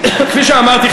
כפי שאמרתי,